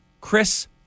Chris